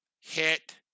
hit